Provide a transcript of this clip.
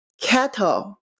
cattle